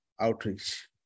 outreach